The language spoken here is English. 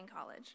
college